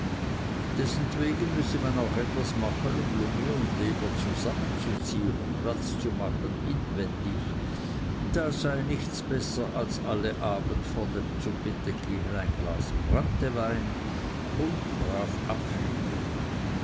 dessentwegen müsse man auch etwas machen um lunge und leber zusammenzuziehen und platz zu machen inwendig da sei nichts besser als alle abend vor dem zu bette gehen ein glas branntewein und brav abführen